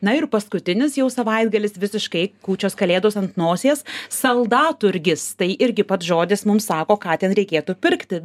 na ir paskutinis jau savaitgalis visiškai kūčios kalėdos ant nosies saldaturgis tai irgi pats žodis mums sako ką ten reikėtų pirkti